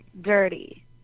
dirty